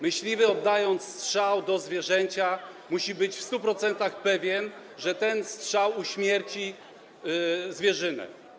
Myśliwy, oddając strzał do zwierzęcia, musi być w 100% pewien, że ten strzał uśmierci zwierzynę.